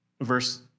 verse